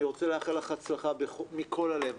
אני רוצה לאחל לך הצלחה מכל הלב,